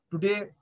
today